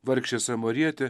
vargšė samarietė